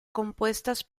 compuestas